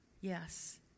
yes